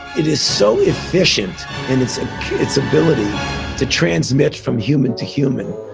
it is so efficient and it's its ability to transmit from human to human.